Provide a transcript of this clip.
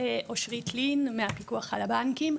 אושרית לין, פיקוח על הבנקים.